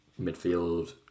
midfield